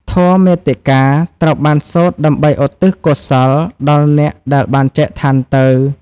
ធម៌មាតិកា ត្រូវបានសូត្រដើម្បីឧទ្ទិសកុសលដល់អ្នកដែលបានចែកឋានទៅ។